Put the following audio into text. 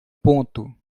ponto